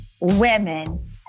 women